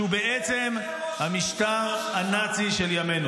שהוא בעצם המשטר הנאצי של ימינו.